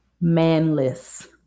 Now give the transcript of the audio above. Manless